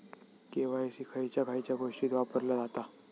KYC खयच्या खयच्या गोष्टीत वापरला जाता?